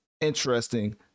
interesting